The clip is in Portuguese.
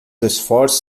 esforços